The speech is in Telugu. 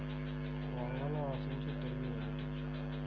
వంగలో ఆశించు తెగులు ఏమిటి?